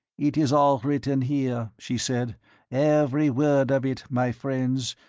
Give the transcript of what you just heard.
it is all written here, she said every word of it, my friends,